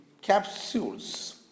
capsules